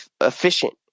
efficient